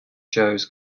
shows